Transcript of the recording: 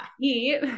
eat